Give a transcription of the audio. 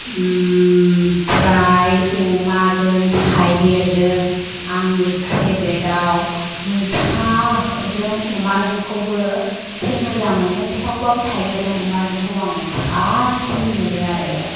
ओमफ्राय अमाजों थाइगिरजों आंनि फेब्रेटआव मैथाजों अमाजोंखौबो एसे मोजां मोनो थेवबाबो थाइगिरजों अमाजोंखौ आं साबसिन मोनो आरो